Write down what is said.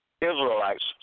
Israelites